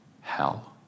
Hell